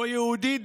או יהודית,